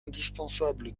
indispensable